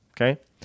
Okay